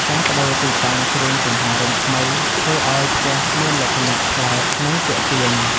ការប្តូរទីតាំងគ្រឿងសង្ហារឹមថ្មី ធ្វើឱ្យផ្ទះមានលក្ខណៈប្លែក និងទាក់ទាញ។